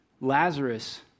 Lazarus